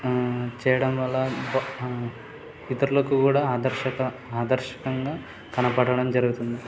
చేయడం వల్ల ఇతరులకు కూడా ఆదర్శకంగా ఆదర్శకంగా కనబడటం జరుగుతుంది